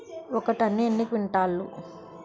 ఒక టన్ను ఎన్ని క్వింటాల్లు?